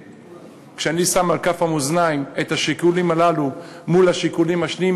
כשאני שם על כף המאזניים את השיקולים הללו מול השיקולים האחרים,